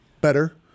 Better